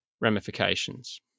ramifications